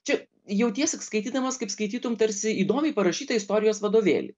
čia jautiesi skaitydamas kaip skaitytum tarsi įdomiai parašytą istorijos vadovėlį